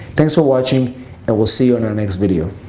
thanks for watching and we'll see you on our next video.